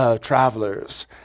travelers